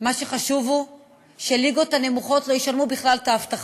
מה שחשוב הוא שהליגות הנמוכות לא ישלמו בכלל את האבטחה,